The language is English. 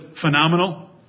phenomenal